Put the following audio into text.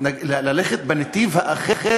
ללכת בנתיב האחר,